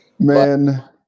man